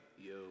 Yo